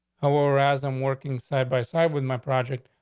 however, as i'm working side by side with my project,